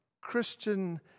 Christian